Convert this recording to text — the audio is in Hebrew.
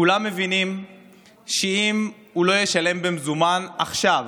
כולם מבינים שאם הוא לא ישלם במזומן עכשיו,